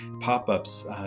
pop-ups